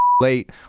Late